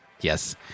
Yes